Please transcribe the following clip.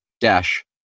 dash